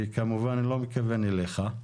כמובן, אני לא מתכוון אליך.